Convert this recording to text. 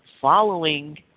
following